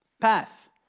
Path